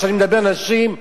כשאני מדבר על נשים,